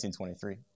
1923